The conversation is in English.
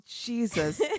jesus